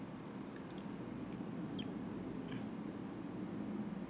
mm